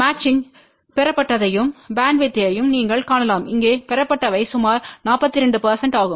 மேட்சிங்ம் பெறப்பட்டதையும் பேண்ட்வித்யையும் நீங்கள் காணலாம் இங்கே பெறப்பட்டவை சுமார் 42 ஆகும்